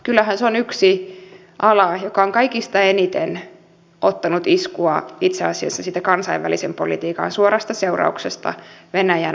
kyllähän se on yksi ala joka on kaikista eniten ottanut iskua itse asiassa siitä kansainvälisen politiikan suorasta seurauksesta venäjän vastapakotteista